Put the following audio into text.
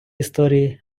історії